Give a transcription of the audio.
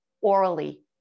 orally